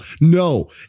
no